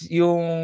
yung